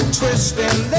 twisting